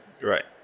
Right